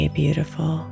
beautiful